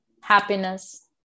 Happiness